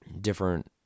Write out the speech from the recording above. Different